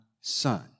son